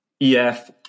EF